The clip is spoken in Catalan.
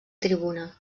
tribuna